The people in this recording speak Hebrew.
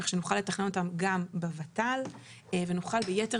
כך שנוכל לתכנן אותם גם בות"ל ונוכל ביתר